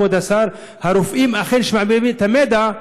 כבוד השר: הרופאים שאכן מעבירים את המידע,